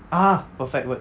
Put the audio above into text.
ah perfect word